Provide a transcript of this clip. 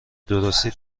درستی